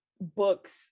books